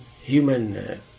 human